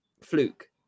fluke